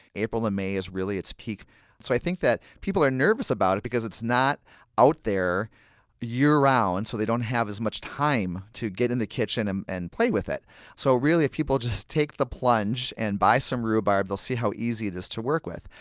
april and may is really its peak period. so i think that people are nervous about it because it's not out there year-round, so they don't have as much time to get in the kitchen and and play with it so if people just take the plunge and buy some rhubarb, they'll see how easy it is to work with.